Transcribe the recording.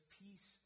peace